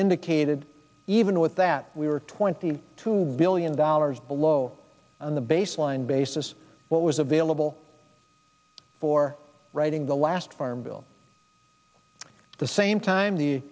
indicated even with that we were twenty two billion dollars below on the baseline basis what was available for writing the last farm bill the same time